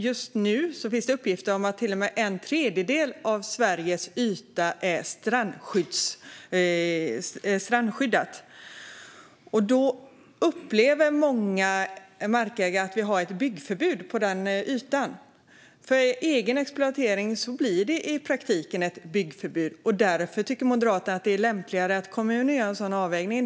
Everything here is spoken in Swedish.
Just nu finns det uppgifter om att upp till en tredjedel av Sveriges yta är strandskyddad. Då upplever många markägare att vi har ett byggförbud på den ytan. För egen exploatering blir det i praktiken ett byggförbud, och därför tycker Moderaterna att det är lämpligare att kommunen gör en sådan avvägning.